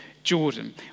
Jordan